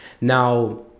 Now